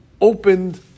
opened